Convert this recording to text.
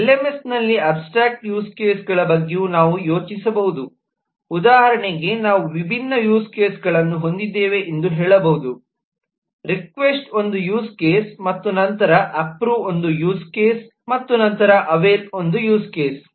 ಎಲ್ಎಂಎಸ್ನಲ್ಲಿ abstract use ಕೇಸ್ಗಳ ಬಗ್ಗೆಯೂ ನಾವು ಯೋಚಿಸಬಹುದು ಉದಾಹರಣೆಗೆ ನಾವು ವಿಭಿನ್ನ ಯೂಸ್ ಕೇಸ್ಗಳನ್ನು ಹೊಂದಿದ್ದೇವೆ ಎಂದು ಹೇಳಬಹುದು 'ರಿಕ್ವೆಸ್ಟ್ ' ಒಂದು ಯೂಸ್ ಕೇಸ್ ಮತ್ತು ನಂತರ 'ಅಪ್ರುವ್' ಒಂದು ಯೂಸ್ ಕೇಸ್ ಮತ್ತು ನಂತರ 'ಅವೈಲ್' ಒಂದು ಯೂಸ್ ಕೇಸ್